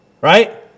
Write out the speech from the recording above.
right